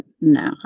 No